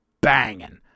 banging